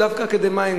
דווקא אקדמיים,